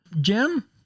Jim